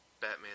Batman